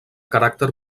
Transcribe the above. caràcter